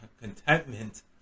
Contentment